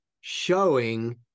showing